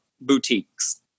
boutiques